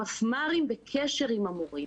המפמ"רים בקשר עם המורים,